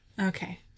Okay